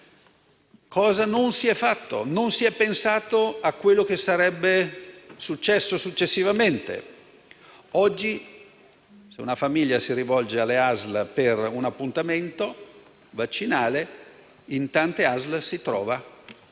cosa non si è fatto? Non si è pensato a quello che sarebbe accaduto successivamente. Oggi, se una famiglia si rivolge alle ASL per fissare un appuntamento vaccinale, presso tante ASL ottiene